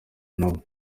nabo